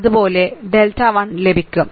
അതുപോലെ ഡെൽറ്റ 1 ലഭിക്കും